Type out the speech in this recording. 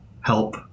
help